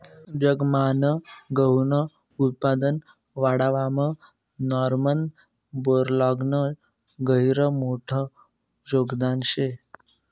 जगमान गहूनं उत्पादन वाढावामा नॉर्मन बोरलॉगनं गहिरं मोठं योगदान शे